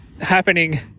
happening